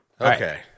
Okay